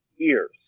ears